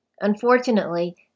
Unfortunately